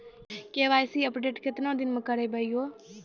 KYC update केतना दिन मे करेबे यो?